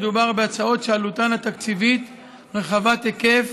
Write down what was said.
מדובר בהצעות שעלותן התקציבית רחבת היקף,